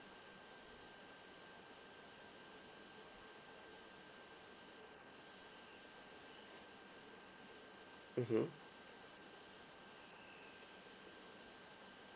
mmhmm